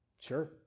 sure